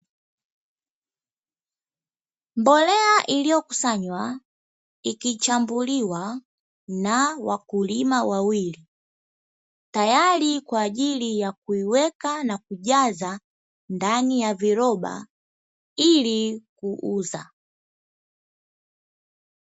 Mbolea iliyokusanywa, ikichambuliwa na wakulima wawili. Tayari kwa ajili ya kuiweka na kujaza ndani ya viroba, ili kuuza.